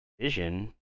vision